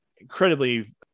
incredibly